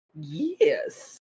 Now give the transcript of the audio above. Yes